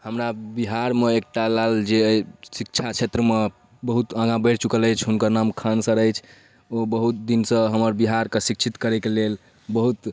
हमरा बिहारमे एकटा लाल जे अइ शिक्षा क्षेत्रमे बहुत आगाँ बढ़ि चुकल अछि हुनकर नाम खान सर अछि ओ बहुत दिनसँ हमर बिहारके शिक्षित करैके लेल बहुत